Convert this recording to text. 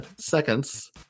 seconds